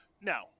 Now